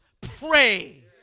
pray